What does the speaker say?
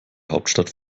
hauptstadt